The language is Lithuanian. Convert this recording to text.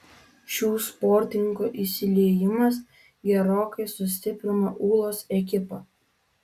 šių sportininkų įsiliejimas gerokai sustiprino ūlos ekipą